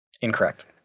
Incorrect